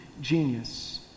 genius